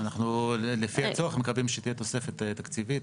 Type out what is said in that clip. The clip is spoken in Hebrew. כן, אנחנו לפי הצורך מקווים שתהיה תוספת תקציבית.